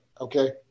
okay